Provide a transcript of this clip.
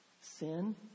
sin